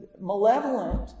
malevolent